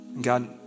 God